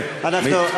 סליחה,